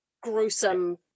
gruesome